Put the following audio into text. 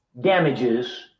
damages